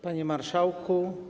Panie Marszałku!